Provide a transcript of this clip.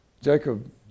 Jacob